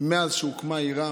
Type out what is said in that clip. בו מאז הוקמה עירם,